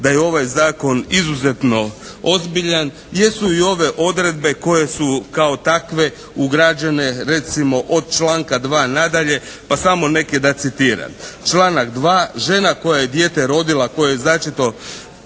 da je ovaj Zakon izuzetno ozbiljan jesu i ove odredbe koje su kao takve ugrađene recimo od članka 2. nadalje pa samo neke da citiram. Članak 2.: "Žena koja je dijete rodila, koje je začeto